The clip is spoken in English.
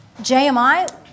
JMI